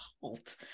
halt